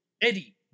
Eddie